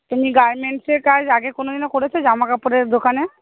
তুমি গারমেন্টসের কাজ আগে কোনো দিনও করেছে জামা কাপড়ের দোকানে